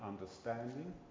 understanding